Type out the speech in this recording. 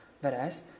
Whereas